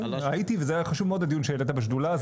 הייתי, וזה היה חשוב מאוד הדיון שהעלית בשדולה.